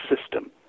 system